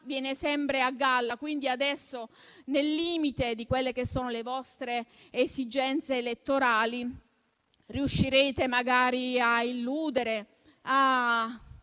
viene sempre a galla. Nel limite di quelle che sono ora le vostre esigenze elettorali, riuscirete magari a illudere e